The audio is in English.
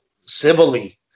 civilly